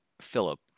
Philip